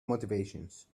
motivations